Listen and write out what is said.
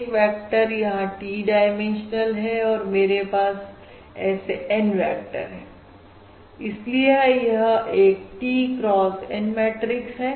प्रत्येक व्यक्ति यहां T डाइमेंशनल है और मेरे पास ऐसे N वेक्टर है और इसीलिए यह एक T cross N मैट्रिक्स है